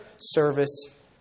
service